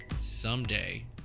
someday